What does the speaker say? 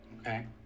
Okay